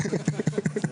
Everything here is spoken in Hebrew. מהסיעות?